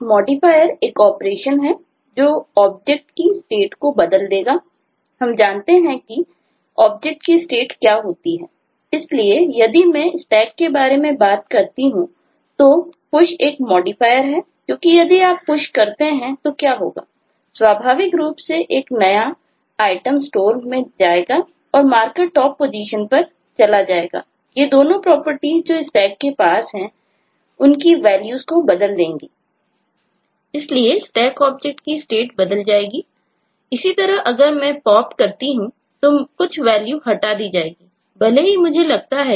एक मॉडिफायर नहीं है